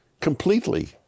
Completely